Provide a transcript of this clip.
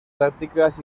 tácticas